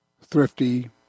Thrifty